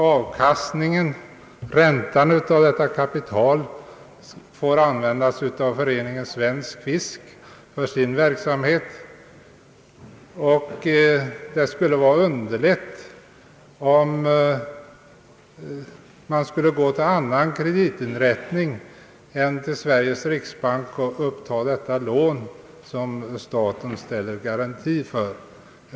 Avkastningen, alltså räntan av detta kapital, får användas av föreningen Svensk fisk för verksamheten. Det skulle vara underligt om man gick till en annan kreditinrättning än Sveriges kreditbank för att uppta det lån som staten ställer garanti för.